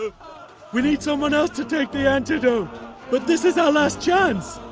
we need someone else to take the antidote but this is our last chance!